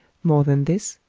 more than this,